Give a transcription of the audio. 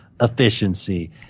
efficiency